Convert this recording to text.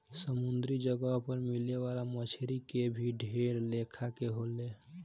समुंद्री जगह पर मिले वाला मछली के भी ढेर लेखा के होले